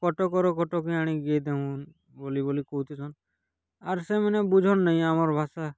କଟକରୁ କଟକେ ଆଣି କି ଏଇ ଦଉନ୍ ବୋଲି ବୋଲି କହୁଥିସନ୍ ଆର୍ ସେମାନେ ବୁଝନ୍ ନାଇଁ ଆମର୍ ଭାଷା